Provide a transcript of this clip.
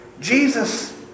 Jesus